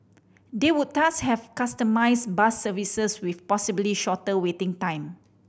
they would thus have customised bus services with possibly shorter waiting time